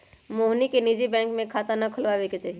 मोहिनी के निजी बैंक में खाता ना खुलवावे के चाहि